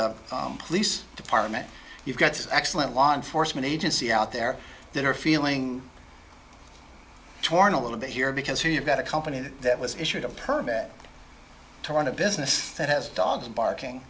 the police department you've got this excellent law enforcement agency out there that are feeling torn a little bit here because here you got a company that was issued a permit to run a business that has dogs barking